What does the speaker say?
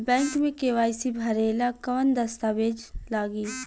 Bank मे KYC भरेला कवन दस्ता वेज लागी?